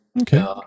Okay